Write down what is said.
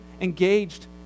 engaged